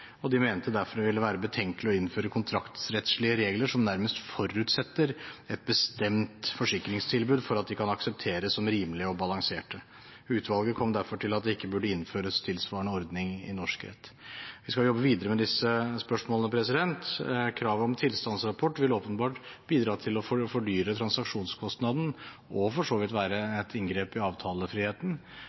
og de mente derfor at det ville være betenkelig å innføre kontraktsrettslige regler som nærmest forutsetter et bestemt forsikringstilbud for at de kan aksepteres som rimelige og balanserte. Utvalget kom derfor til at det ikke burde innføres tilsvarende ordning i norsk rett. Vi skal jobbe videre med disse spørsmålene. Kravet om tilstandsrapport vil åpenbart bidra til å fordyre transaksjonskostnadene og for så vidt være et inngrep i avtalefriheten.